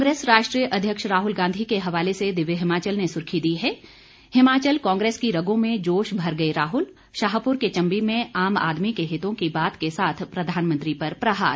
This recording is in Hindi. कांग्रेस राष्ट्रीय अध्यक्ष राहल गांधी के हवाले से दिव्य हिमाचल ने सुर्खी दी है हिमाचल कांग्रेस की रगों में जोश भर गए राहुल शाहपुर के चंबी में आम आदमी के हितों की बात के साथ प्रधानमंत्री पर प्रहार